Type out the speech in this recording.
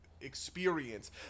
experience